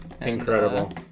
Incredible